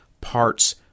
parts